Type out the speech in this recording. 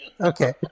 Okay